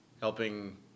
Helping